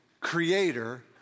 creator